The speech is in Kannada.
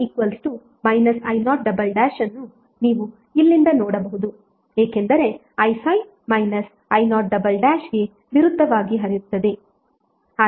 ಈಗ i5 i0 ಅನ್ನು ನೀವು ಇಲ್ಲಿಂದ ನೋಡಬಹುದು ಏಕೆಂದರೆ i5 i0 ಗೆ ವಿರುದ್ಧವಾಗಿ ಹರಿಯುತ್ತಿದೆ